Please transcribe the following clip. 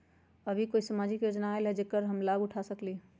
अभी कोई सामाजिक योजना आयल है जेकर लाभ हम उठा सकली ह?